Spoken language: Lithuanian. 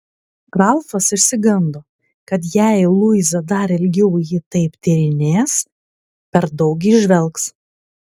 ralfas išsigando kad jei luiza dar ilgiau jį taip tyrinės per daug įžvelgs